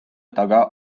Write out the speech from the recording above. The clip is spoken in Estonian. taga